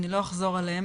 אני לא אחזור עליהם.